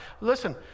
Listen